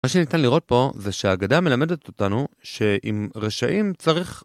מה שניתן לראות פה זה שהאגדה מלמדת אותנו שעם רשעים צריך